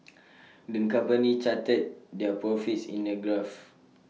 the company charted their profits in A graph